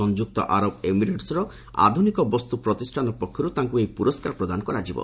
ସଂଯୁକ୍ତ ଆରବ ଏମିରେଟ୍ସର ଆଧୁନିକ ବସ୍ତୁ ପ୍ରତିଷ୍ଠାନ ପକ୍ଷରୁ ତାଙ୍କୁ ଏହି ପୁରସ୍କାର ପ୍ରଦାନ କରାଯିବ